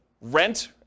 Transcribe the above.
rent